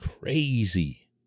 crazy